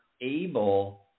able